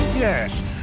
Yes